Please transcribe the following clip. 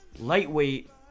Lightweight